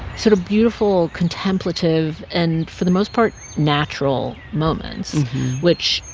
sort of beautiful, contemplative and for the most part natural moments which,